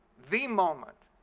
the moment,